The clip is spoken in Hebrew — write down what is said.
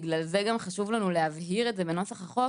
ובגלל זה חשוב לנו להבהיר את זה בנוסח החוק.